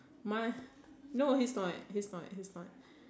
must no he's not he's not he's not